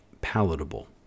palatable